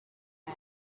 man